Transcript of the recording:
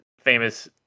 famous